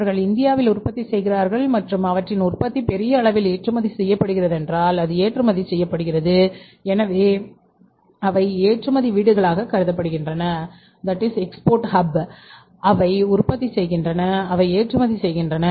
அவர்கள் இந்தியாவில் உற்பத்தி செய்கிறார்கள் மற்றும் அவற்றின் உற்பத்தி பெரிய அளவில் ஏற்றுமதி செய்யப்படுகிறதென்றால் அது ஏற்றுமதி செய்யப்படுகிறது எனவே அவை ஏற்றுமதி வீடுகளாகக் கருதப்படுகின்றன அவை உற்பத்தி செய்கின்றன அவை ஏற்றுமதி செய்கின்றன